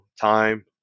time